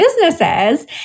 businesses